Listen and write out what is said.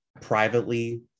privately